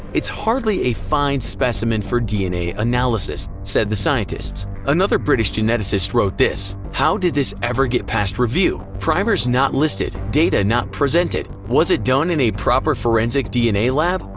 hardly a fine specimen for dna analysis, said the scientists. another british geneticist wrote this, how did this ever get past review? primers not listed, data not presented, was it done in a proper forensic dna lab.